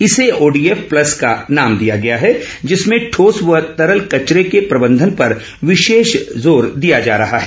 इसे ODF plus का नाम दिया गया है जिसमें ठोस व तरल कचरे के प्रबंधन पर विशेष जोर दिया जा रहा है